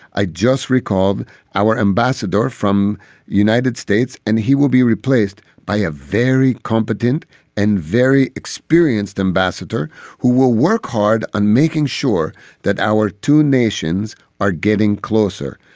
i just recalled our ambassador from united states, and he will be replaced by a very competent and very experienced ambassador who will work hard on making sure that our two nations are getting closer.